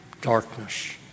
Darkness